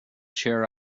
chair